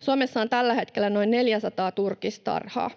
Suomessa on tällä hetkellä noin 400 turkistarhaa.